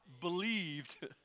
believed